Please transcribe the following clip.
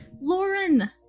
Lauren